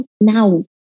now